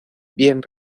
bien